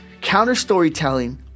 Counter-storytelling